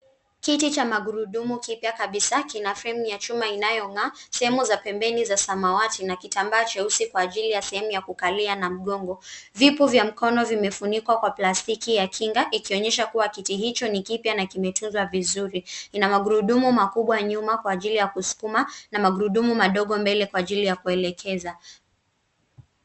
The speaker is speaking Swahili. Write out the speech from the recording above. Kiti cha magurudumu kipya kabisa kina fremu ya chuma inayong'aa, sehemu za pembeni za samawati na kitambaa cheusi kwa ajili ya sehemu ya kukalia na mgongo. Vipo vya mkono vimefunikwa kwa plastiki ya kinga ikionyesha kuwa kiti hicho ni kipya na kimetunzwa vizuri. Ina magurudumu makubwa nyuma kwa ajili ya kusukuma na magurudumu madogo mbele kwa ajili ya kuelekeza.